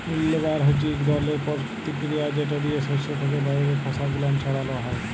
উইল্লবার হছে ইক ধরলের পরতিকিরিয়া যেট দিয়ে সস্য থ্যাকে বাহিরের খসা গুলান ছাড়ালো হয়